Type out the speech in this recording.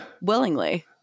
willingly